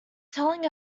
telling